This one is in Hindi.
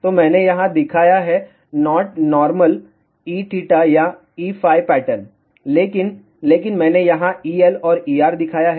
तो मैंने यहां दिखाया है नॉट नॉरमल Eθ या Eφ पैटर्नलेकिन लेकिन मैंने यहां EL और ER दिखाया है